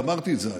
אמרתי את זה היום: